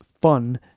fun